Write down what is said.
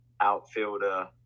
outfielder